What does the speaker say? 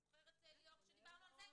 ליאורה, את זוכרת שדיברנו על זה?